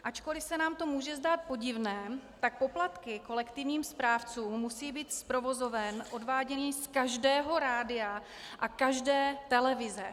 Ačkoliv se nám to může zdát podivné, tak poplatky kolektivním správcům musí být z provozoven odváděny z každého rádia a každé televize.